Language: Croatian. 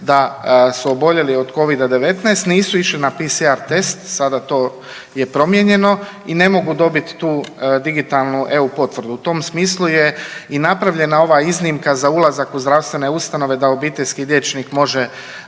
da su oboljeli od Covida-19. Nisu išli na PCR test, sada to je promijenjeno i ne mogu dobiti tu digitalnu EU potvrdu. U tom smislu je i napravljena ova iznimka za ulazak u zdravstvene ustanove da obiteljski liječnik može